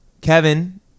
Kevin